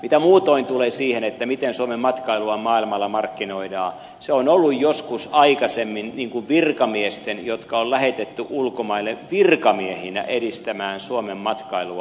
mitä muutoin tulee siihen miten suomen matkailua maailmalla markkinoidaan se on ollut joskus aikaisemmin virkamiesten työtä jotka on lähetetty ulkomaille virkamiehinä edistämään suomen matkailua